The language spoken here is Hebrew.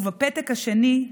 ובפתק השני,